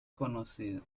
conocido